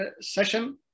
session